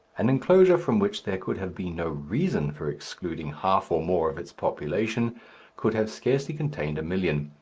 an enclosure from which there could have been no reason for excluding half or more of its population could have scarcely contained a million.